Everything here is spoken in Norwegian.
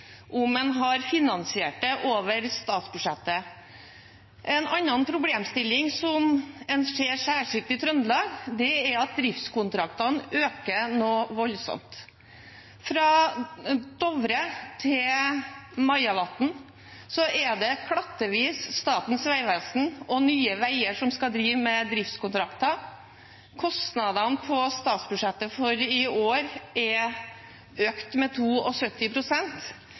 om en hadde finansiert det over statsbudsjettet. En annen problemstilling en ser, særskilt i Trøndelag, er at driftskontraktene øker noe voldsomt. Fra Dovre til Majavatn er det klattvis Statens vegvesen og Nye Veier som skal drive med driftskontrakter. Kostnadene på statsbudsjettet for i år er økt med